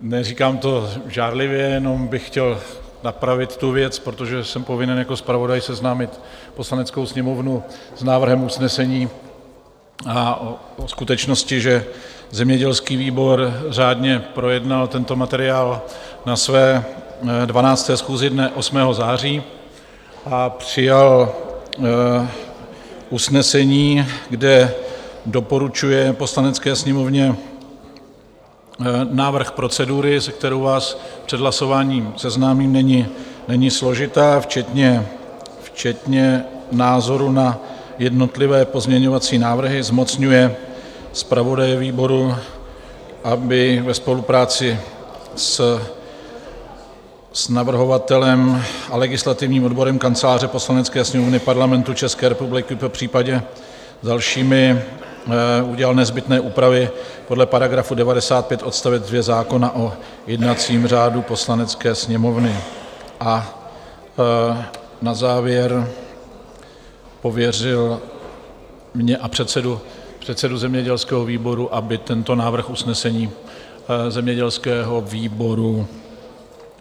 Neříkám to žárlivě, jenom bych chtěl napravit tu věc, protože jsem povinen jako zpravodaj seznámit Poslaneckou sněmovnu s návrhem usnesení, a o skutečnosti, že zemědělský výbor řádně projednal tento materiál na své 12. schůzi dne 8. září a přijal usnesení, kde doporučuje Poslanecké sněmovně, návrh procedury, se kterou vás před hlasováním seznámím, není složitá, včetně názoru na jednotlivé pozměňovací návrhy; zmocňuje zpravodaje výboru, aby ve spolupráci s navrhovatelem a legislativním odborem Kanceláře Poslanecké sněmovny Parlamentu České republiky, popřípadě s dalšími, udělal nezbytné úpravy podle § 95 odst. 2 zákona o jednacím řádu Poslanecké sněmovny; a na závěr pověřil mě a předsedu zemědělského výboru, aby tento návrh usnesení zemědělského výboru